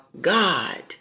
God